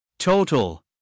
Total